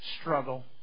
struggle